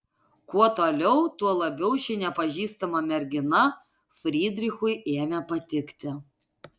kuo toliau tuo labiau ši nepažįstama mergina frydrichui ėmė patikti